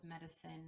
medicine